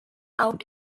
out